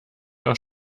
aus